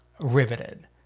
riveted